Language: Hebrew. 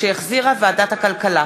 שהחזירה ועדת הכלכלה.